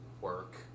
work